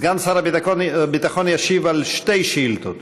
סגן שר הביטחון ישיב על שתי שאילתות.